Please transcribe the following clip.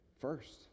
first